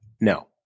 No